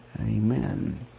Amen